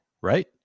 right